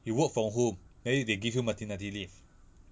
you work from home then they give you maternity leave